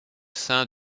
sein